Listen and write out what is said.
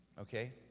Okay